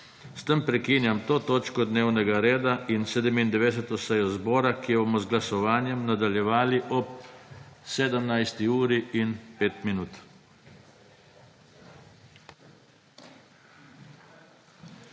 S tem prekinjam to točko dnevnega reda in 97. izredno sejo zbora, ki jo bomo z glasovanjem nadaljevali ob 17. uri in 5 minut.